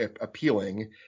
appealing